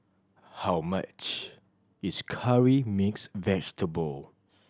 how much is Curry Mixed Vegetable